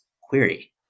query